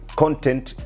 content